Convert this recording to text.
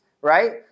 right